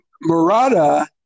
Murata